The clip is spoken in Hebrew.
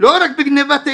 לא רק בגניבת הילדים,